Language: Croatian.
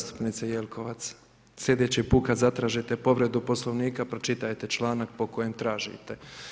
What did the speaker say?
Zastupnice Jelkovac sljedeći put kad zatražite povredu Poslovnika pročitajte članak po kojem tražite.